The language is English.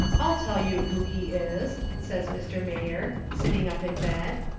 i'll tell you who he is says mr. mayor, sitting up in bed.